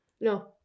No